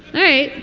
all right.